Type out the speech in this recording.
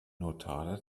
notar